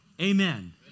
Amen